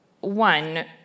One